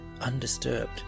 undisturbed